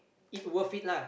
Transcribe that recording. it worth it lah